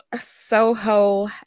Soho